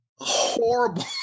horrible